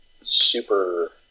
super